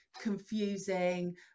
confusing